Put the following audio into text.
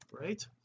right